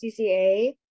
CCA